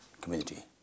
community